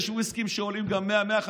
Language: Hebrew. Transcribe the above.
יש ויסקי שעולה גם 100,000,